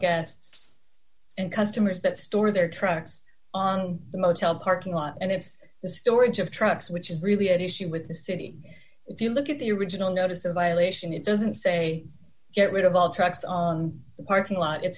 guests and customers that store their trucks on the motel parking lot and it's the storage of trucks which is really an issue with the city if you look at the original notice of violation it doesn't say get rid of all trucks on the parking lot